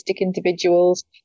individuals